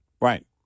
Right